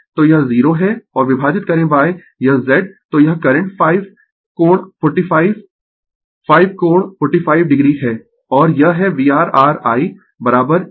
तो यह 0 है और विभाजित करें यह Z तो यह करंट 5 कोण 45 5 कोण 45 o है और यह है VR R I यह